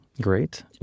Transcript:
Great